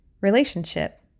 relationship